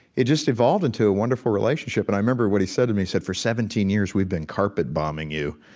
it just evolved into a wonderful relationship and i remember what he said to me. he said, for seventeen years, we've been carpet bombing you.